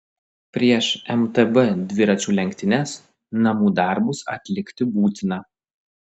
prieš mtb dviračių lenktynes namų darbus atlikti būtina